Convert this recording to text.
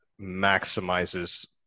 maximizes